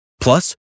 Plus